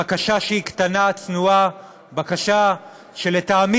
בקשה שהיא קטנה, צנועה, בקשה שלטעמי